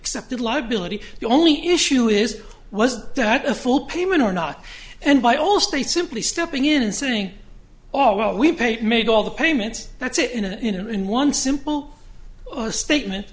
accepted liability the only issue is was that a full payment or not and by allstate simply stepping in and saying oh well we paid made all the payments that's it in a you know in one simple statement